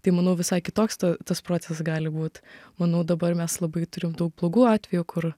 tai manau visai kitoks tas procesas gali būt manau dabar mes labai turim daug blogų atvejų kur